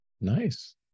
Nice